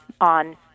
on